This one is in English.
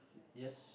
yes